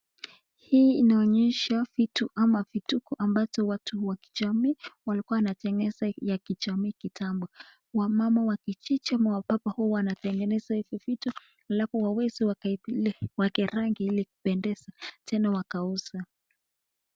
Hii inaonyesha vitu su vituko ambacho watu wa kijamii walikuwa wanatengeneza ya kijamii kitambo , wamama wa kijiji huwa wanatengeneza hizi vitualfu waweze kupaka rangi hili kupendeza tena wagauze.